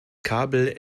kabel